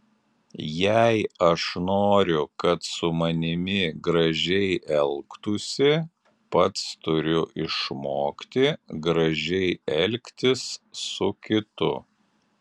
jei aš noriu kad su manimi gražiai elgtųsi pats turiu išmokti gražiai elgtis su kitu